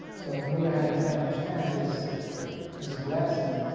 so for me to have a second chance, is is a blessing.